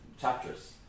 chapters